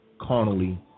carnally